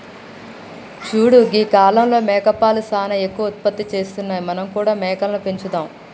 చూడు గీ కాలంలో మేకపాలు సానా ఎక్కువ ఉత్పత్తి చేస్తున్నాయి మనం కూడా మేకలని పెంచుదాం